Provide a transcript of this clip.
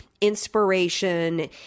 Inspiration